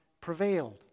prevailed